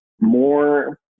more